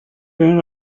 been